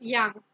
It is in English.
Young